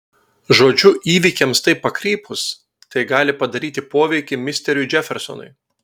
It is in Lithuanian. žodžiu įvykiams taip pakrypus tai gali padaryti poveikį misteriui džefersonui